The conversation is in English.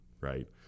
right